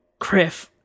Criff